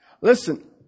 Listen